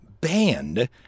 banned